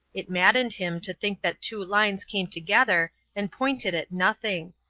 it maddened him to think that two lines came together and pointed at nothing.